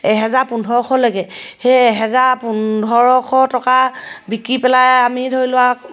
এহেজাৰ পোন্ধৰশলৈকে সেই এহেজাৰ পোন্ধৰশ টকা বিকি পেলাই আমি ধৰি লোৱা